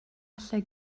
allai